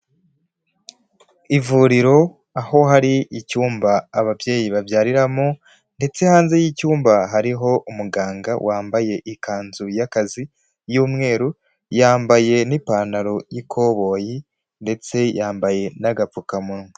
Ivuriro aho hari icyumba ababyeyi babyariramo ndetse hanze y'icyumba hariho umuganga wambaye ikanzu y'akazi y'umweru yambaye n'ipantaro y'ikoboyi ndetse yambaye n'agapfukamunwa.